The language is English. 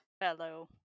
fellow